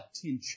attention